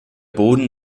boden